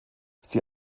sie